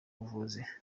buvuzi